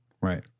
Right